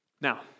Now